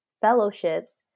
fellowships